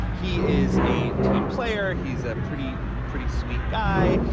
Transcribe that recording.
he is a team player. he's a pretty, pretty sweet guy.